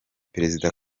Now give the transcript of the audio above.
perezida